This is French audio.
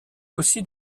aussi